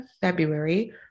February